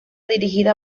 dirigida